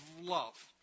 love